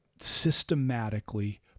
systematically